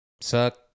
suck